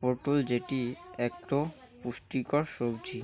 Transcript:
পটল যেটি আকটো পুষ্টিকর সাব্জি